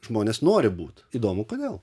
žmonės nori būt įdomu kodėl